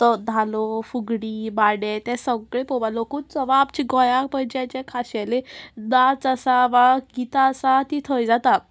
तो धालो फुगडी बांडे ते सगळे पळोवपा लोकूच वा आमच्या गोंयाक म्हणजे जे खाशेले नाच आसा वा गितां आसा ती थंय जाता